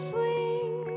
Swing